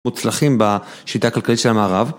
מוצלחים בשיטה הכלכלית של המערב.